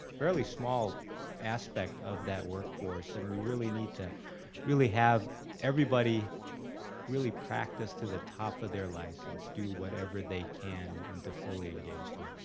fairly small aspect of that workforce and we really need to really have everybody really practice to the top of their license. do whatever they can and and to fully engage them.